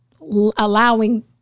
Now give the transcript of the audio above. allowing